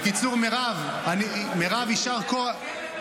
בקיצור, מירב, יישר כוח.